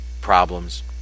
problems